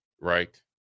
right